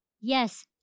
Yes